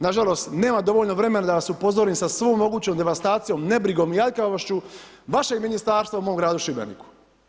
Nažalost, nema dovoljno vremena da vas upozorim sa svom mogućom devastacijom, nebrigom i aljkavošću vašeg Ministarstva u mom gradu Šibeniku.